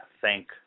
thank